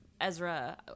ezra